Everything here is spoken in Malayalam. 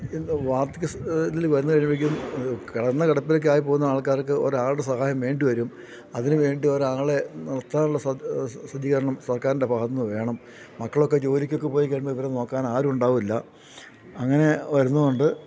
ഇന്ന് വാർധക്യ ത്തില് വന്നുകഴിയുമ്പോഴേക്കും കിടന്ന കിടപ്പിലൊക്കെയായിപ്പോകുന്ന ആൾക്കാർക്ക് ഒരാളുടെ സഹായം വേണ്ടി വരും അതിനു വേണ്ടിയൊരാളെ നിർത്താനുള്ള സജ്ജീകരണം സർക്കാരിൻ്റെ ഭാഗത്തുനിന്നു വേണം മക്കളൊക്കെ ജോലിക്കൊക്കെ പോയിക്കഴിയുമ്പോള് ഇവരെ നോക്കാൻ ആരും ഉണ്ടാവില്ല അങ്ങനെ വരുന്നതുകൊണ്ട്